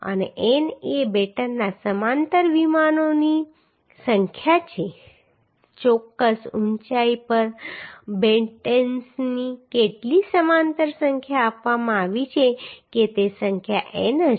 અને N એ બેટનના સમાંતર વિમાનોની સંખ્યા છે તેથી ચોક્કસ ઉંચાઈ પર બેટેન્સની કેટલી સમાંતર સંખ્યા આપવામાં આવી છે કે તે સંખ્યા N હશે